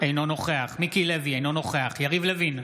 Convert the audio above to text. אינו נוכח מיקי לוי, אינו נוכח יריב לוין,